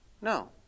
No